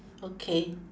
okay